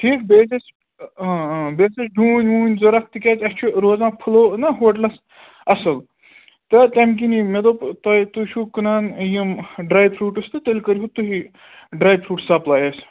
ٹھیٖک بیٚیہِ کیٛاہ چھِ بیٚیہِ تہِ ٲسۍ ڈوٗنۍ ووٗنۍ ضوٚرَتھ تِکیٛازِ اَسہِ چھِ روزان فُلَو نہ ہوٹلَس اَصٕل تٔمۍ کِنی مےٚ دوٚپ تۄہہِ تُہۍ چھُو کٕنان یِم ڈرٛاے فروٗٹٕس تہٕ تیٚلہِ کٔرِہُو تُہی ڈرٛاے فروٗٹ سَپلٕے اَسہِ